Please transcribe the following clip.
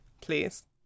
please